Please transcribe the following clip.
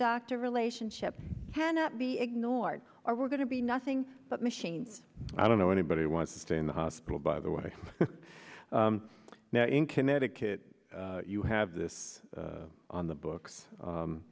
doctor relationship cannot be ignored or we're going to be nothing but machines i don't know anybody wants to stay in the hospital by the way now in connecticut you have this on the books